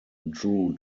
drew